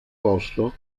posto